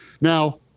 Now